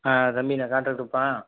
ஆ தம்பி நான் காண்ட்ராக்டர்பா